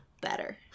better